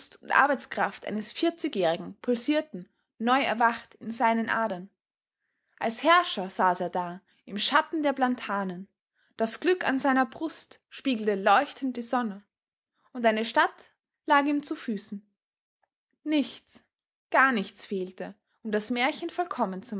arbeitskraft eines vierzigjährigen pulsierten neu erwacht in seinen adern als herrscher saß er da im schatten der platanen das glück an seiner brust spiegelte leuchtend die sonne und eine stadt lag ihm zu füßen nichts gar nichts fehlte um das märchen vollkommen